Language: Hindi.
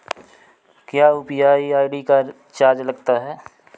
क्या यू.पी.आई आई.डी का चार्ज लगता है?